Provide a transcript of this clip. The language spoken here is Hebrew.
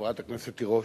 חברת הכנסת תירוש,